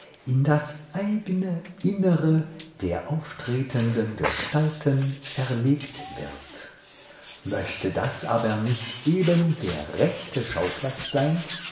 in das eigne innere der auftretenden gestalten verlegt wird möchte das aber nicht eben der rechte schauplatz sein